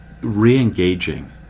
Re-engaging